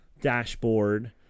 dashboard